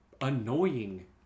annoying